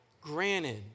Granted